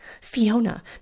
Fiona